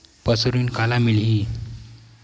पशु ऋण काला मिलही?